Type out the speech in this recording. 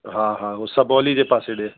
हा हा हो सपोली जे पासे ॾिए